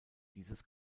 dieses